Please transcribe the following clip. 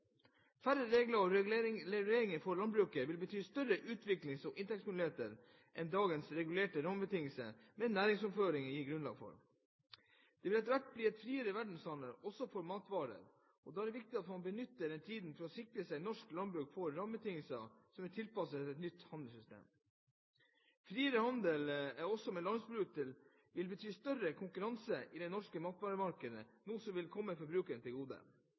Færre regler og reguleringer for landbruket vil bety større utviklings- og inntektsmuligheter enn det som dagens regulerte rammebetingelser for næringsoverføring gir grunnlag for. Det vil etter hvert bli en friere verdenshandel også for matvarer, og da er det viktig at man benytter denne tiden for å sikre at norsk landbruk får rammebetingelser som er tilpasset et nytt handelssystem. Friere handel også med landbruksprodukter vil bety større konkurranse i det norske matvaremarkedet, noe som vil komme forbrukeren til gode.